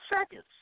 seconds